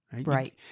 Right